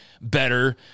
better